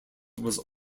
was